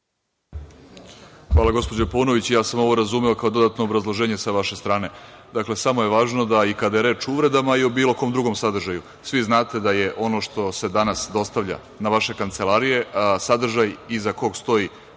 Hvala, gospođo Paunović. Ovo sam razumeo kao dodatno obrazloženje sa vaše strane. Dakle, samo je važno da i kada je reč o uvredama i o bilo kom drugom sadržaju svi znate da je ono što se danas dostavlja na vaše kancelarije sadržaj iza kog stoji